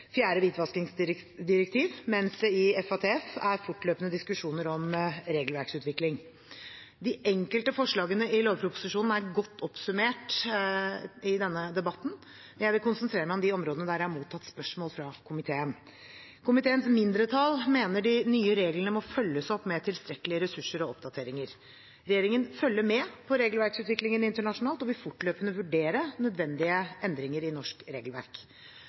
fjerde hvitvaskingsdirektiv, mens det i FATF er fortløpende diskusjoner om regelverksutvikling. De enkelte forslagene i lovproposisjonen er godt oppsummert i denne debatten. Jeg vil konsentrere meg om de områdene der jeg har mottatt spørsmål fra komiteen. Komiteens mindretall mener de nye reglene må følges opp med tilstrekkelige ressurser og oppdateringer. Regjeringen følger med på regelverksutviklingen internasjonalt og vil fortløpende vurdere nødvendige endringer i norsk regelverk.